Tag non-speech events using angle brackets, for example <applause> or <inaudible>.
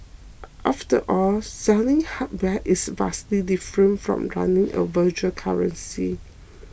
<noise> after all selling hardware is vastly different from running a virtual currency